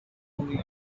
moving